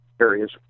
areas